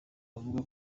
avuga